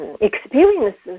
experiences